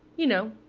you know,